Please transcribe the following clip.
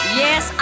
yes